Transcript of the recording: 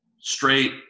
straight